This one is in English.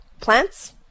Plants